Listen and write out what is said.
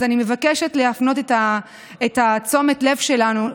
אז אני מבקשת להפנות את תשומת הלב שלנו,